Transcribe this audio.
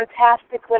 fantastic